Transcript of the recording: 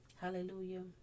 Hallelujah